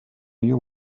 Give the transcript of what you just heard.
you